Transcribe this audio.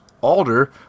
alder